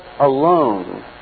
alone